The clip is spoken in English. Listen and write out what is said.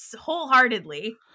wholeheartedly